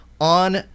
On